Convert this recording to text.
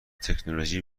تکنولوژی